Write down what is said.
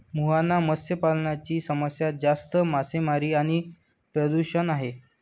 मुहाना मत्स्य पालनाची समस्या जास्त मासेमारी आणि प्रदूषण आहे